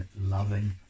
loving